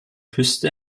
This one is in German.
küste